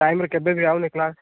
time ରେ କେବେ ବି ଆଉନି କ୍ଲାସ୍